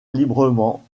librement